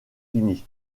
unis